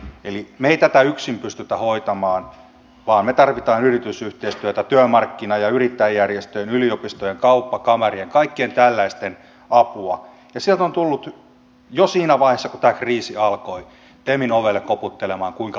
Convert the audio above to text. me emme tätä yksin pysty hoitamaan vaan tarvitsemme yritysyhteistyötä työmarkkina ja yrittäjäjärjestöjen yliopistojen kauppakamarien kaikkien tällaisten apua ja sieltä on tultu jo siinä vaiheessa kun tämä kriisi alkoi temin ovelle koputtelemaan kuinka voidaan auttaa